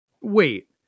Wait